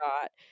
got